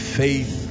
faith